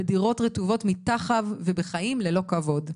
בדירות רטובות מטחב ובחיים ללא כבוד.